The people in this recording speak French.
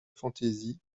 fantaisie